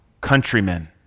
countrymen